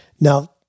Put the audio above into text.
Now